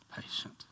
patient